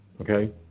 Okay